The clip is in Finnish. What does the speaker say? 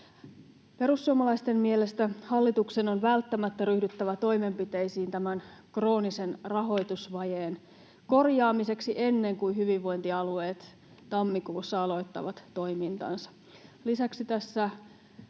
Perussuomalaisten mielestä hallituksen on välttämättä ryhdyttävä toimenpiteisiin tämän kroonisen rahoitusvajeen korjaamiseksi ennen kuin hyvinvointialueet tammikuussa aloittavat toimintansa. Lisäksi tässä